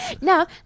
Now